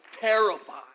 terrified